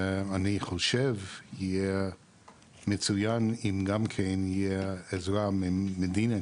ואני חושב יהיה מצוין אם גם כן יהיה עזרה ממדינה,